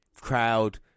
Crowd